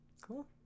cool